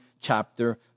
chapter